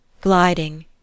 gliding